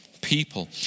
people